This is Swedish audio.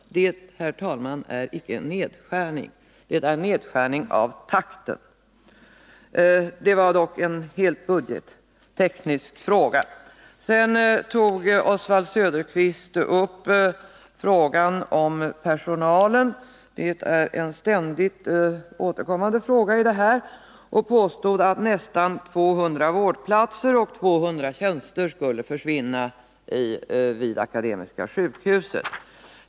Det, herr talman, är icke en nedskärning av volymen, det är en nedskärning av takten. Det var dock en helt budgetteknisk fråga. Sedan tog Oswald Söderqvist upp frågan om personalen. Det är en ständigt återkommande fråga i det här sammanhanget. Han påstod att nästan 200 vårdplatser och 200 tjänster skulle försvinna vid Akademiska sjukhuset.